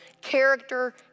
character